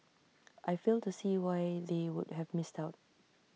I fail to see why they would have missed out